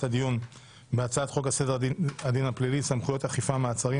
הדיון בהצעת חוק סדר הדין הפלילי (סמכויות אכיפה מעצרים)